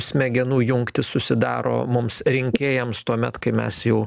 smegenų jungtys susidaro mums rinkėjams tuomet kai mes jau